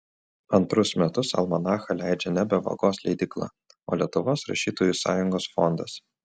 antrus metus almanachą leidžia nebe vagos leidykla o lietuvos rašytojų sąjungos fondas